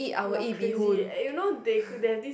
you are crazy you know they cook they this